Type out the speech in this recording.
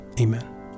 amen